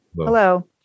hello